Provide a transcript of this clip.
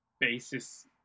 basis